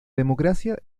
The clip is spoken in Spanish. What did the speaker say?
democracia